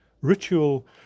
ritual